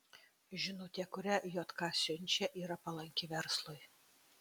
žinutė kurią jk siunčia yra palanki verslui